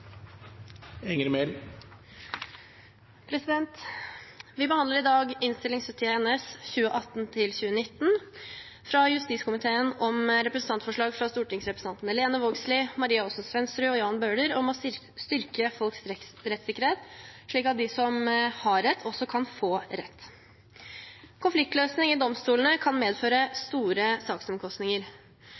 Vi behandler i dag Innst. 71 S for 2018–2019 fra justiskomiteen om representantforslag fra stortingsrepresentantene Lene Vågslid, Maria Aasen-Svensrud og Jan Bøhler om å styrke folks rettssikkerhet, slik at de som har rett, også kan få rett. Konfliktløsning i domstolene kan medføre store saksomkostninger.